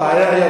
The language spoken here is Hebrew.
הבעיה היא,